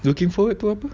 looking forward tu apa